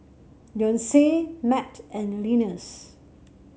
Leonce Matt and Linus